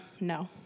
no